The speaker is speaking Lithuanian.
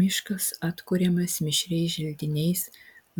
miškas atkuriamas mišriais želdiniais